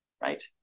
right